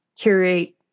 curate